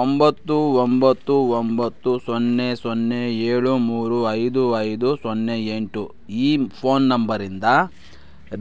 ಒಂಬತ್ತು ಒಂಬತ್ತು ಒಂಬತ್ತು ಸೊನ್ನೆ ಸೊನ್ನೆ ಏಳು ಮೂರು ಐದು ಐದು ಸೊನ್ನೆ ಎಂಟು ಈ ಫೋನ್ ನಂಬರಿಂದ